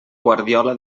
guardiola